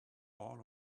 all